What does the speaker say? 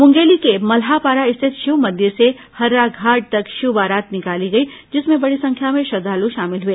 मूंगेली के मल्हापारा स्थित शिव मंदिर से हर्राघाट तक शिव बारात निकाली गई जिसमें बड़ी संख्या में श्रद्धालू शामिल हुए